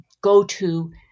go-to